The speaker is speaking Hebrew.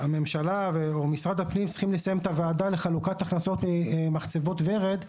הממשלה ומשרד הפנים צריכים לסיים את הוועדה לחלוקת הכנסות ממחצבות ורד,